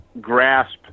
grasp